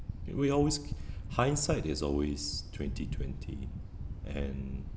we always hindsight is always twenty twenty and